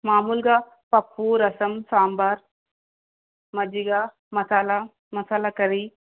మామూలుగా పప్పు రసం సాంబార్ మజ్జిగ మసాలా మసాలా కర్రీ